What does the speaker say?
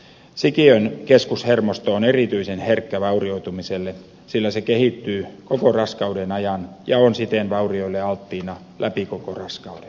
sikiön keskushermosto on erityisen herkkä vaurioitumiselle sillä se kehittyy koko raskauden ajan ja on siten vaurioille alttiina läpi koko raskauden